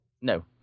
No